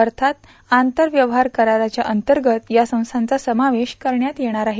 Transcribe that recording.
अर्थात आंतरव्यवहार कराराच्या अंतर्गत या संस्थाचा समावेश करण्यात आला आहे